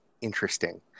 interesting